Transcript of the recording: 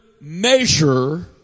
measure